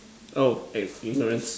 oh and ignorance